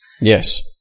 Yes